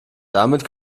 damit